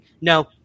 no